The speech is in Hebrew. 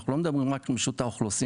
אנחנו לא מדברים רק עם רשות האוכלוסין.